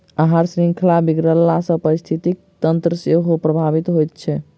आहार शृंखला बिगड़ला सॅ पारिस्थितिकी तंत्र सेहो प्रभावित होइत छै